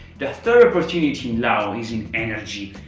the third opportunity in laos is in energy.